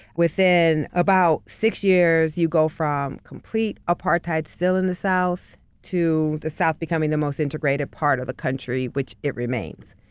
within about six years you go from complete apartheid still in the south to the south becoming the most integrated part of the country which it remains.